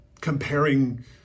comparing